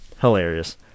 hilarious